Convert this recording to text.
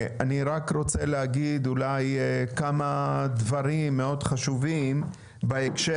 אני רק רוצה להגיד כמה דברים מאוד חשובים בהקשר